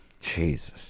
Jesus